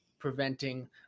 Preventing